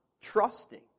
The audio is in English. trusting